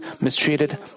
mistreated